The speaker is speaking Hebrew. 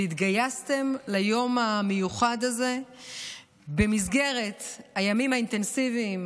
והתגייסתם ליום המיוחד הזה במסגרת הימים האינטנסיביים